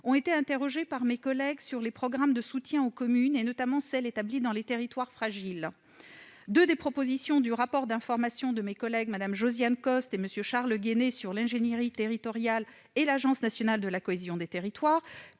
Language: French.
ont été interrogés par mes collègues sur les programmes de soutien aux communes, notamment ceux établis dans les territoires fragiles. Deux des propositions du rapport d'information de mes collègues Mme Josiane Costes et M. Charles Guené sur l'ingénierie territoriale et l'Agence nationale de la cohésion des territoires